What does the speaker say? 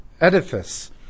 edifice